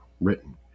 written